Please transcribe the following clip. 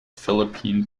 philippine